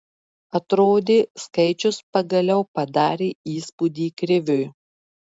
atrodė skaičius pagaliau padarė įspūdį kriviui